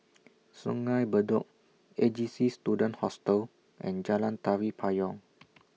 Sungei Bedok A J C Student Hostel and Jalan Tari Payong